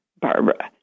Barbara